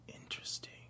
interesting